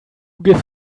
give